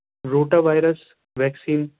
rotavirus vaccine